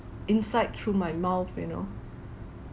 inside through my mouth you know